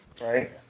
Right